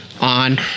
on